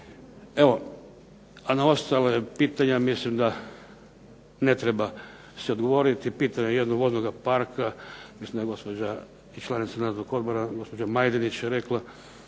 Evo, a na ostala pitanja mislim da ne treba se odgovoriti. Pitanje jednoga voznoga parka, mislim da je gospođa i članica Nadzornog odbora gospođa Majdenić rekla